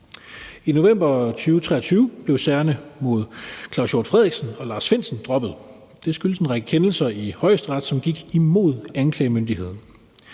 I november 2023 blev sagerne mod Claus Hjort Frederiksen og Lars Findsen droppet. Det skyldtes en række kendelser i Højesteret, som gik imod anklagemyndigheden.